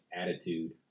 attitude